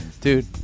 dude